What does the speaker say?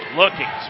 looking